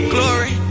Glory